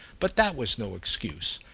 but that was no excuse.